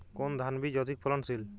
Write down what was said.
কোন ধান বীজ অধিক ফলনশীল?